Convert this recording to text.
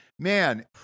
Man